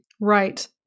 right